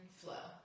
flow